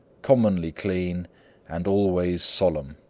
commonly clean and always solemn.